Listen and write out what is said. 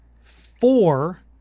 four